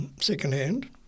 secondhand